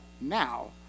now